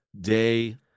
day